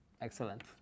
Excellent